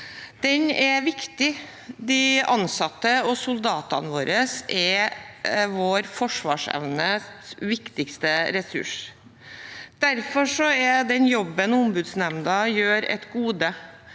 Den er viktig. De ansatte og soldatene våre er vår forsvarsevnes viktigste ressurs. Derfor er den jobben ombudsnemnda gjør, et gode.